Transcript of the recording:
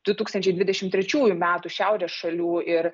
du tūkstančiai dvidešim trečiųjų metų šiaurės šalių ir